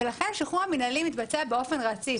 ולכן השחרור המינהלי מתבצע באופן רציף.